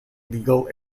legal